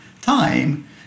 time